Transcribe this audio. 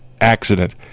accident